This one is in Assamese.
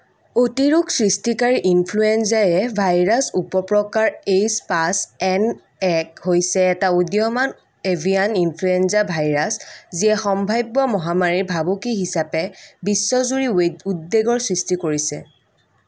অতি ৰোগ সৃষ্টিকাৰী ইনফ্লুৱেঞ্জায়ে ভাইৰাছ উপপ্ৰকাৰ এইচ পাঁচ এন এক হৈছে এটা উদীয়মান এভিয়ান ইনফ্লুৱেঞ্জা ভাইৰাছ যিয়ে সম্ভাৱ্য মহামাৰীৰ ভাবুকি হিচাপে বিশ্বজুৰি উদ্বেগৰ সৃষ্টি কৰিছে